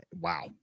wow